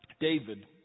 David